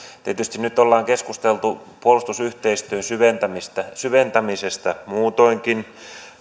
tietysti nyt ollaan keskusteltu puolustusyhteistyön syventämisestä syventämisestä muutoinkin